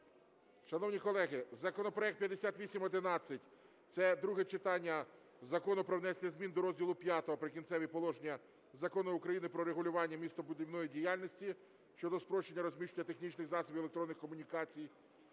Шановні колеги, законопроект 5811 (це друге читання) Закон про внесення зміни до розділу V "Прикінцеві положення" Закону України "Про регулювання містобудівної діяльності" щодо спрощення розміщення технічних засобів електронних комунікацій.